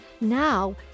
Now